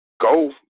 go